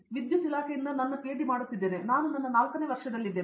ವಿದ್ಯುತ್ ಇಲಾಖೆಯಿಂದ ನನ್ನ ಪಿಎಚ್ಡಿ ಮಾಡುತ್ತಿದ್ದೇನೆ ನಾನು ನನ್ನ 4 ನೇ ವರ್ಷದಲ್ಲಿದ್ದೇನೆ